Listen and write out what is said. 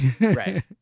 Right